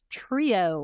trio